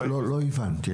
לא הבנתי.